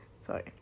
Sorry